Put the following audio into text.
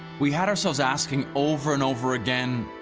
we had ourselves asking over and over again,